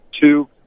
Two